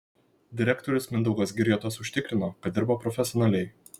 direktorius mindaugas girjotas užtikrino kad dirba profesionaliai